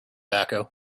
tobacco